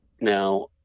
now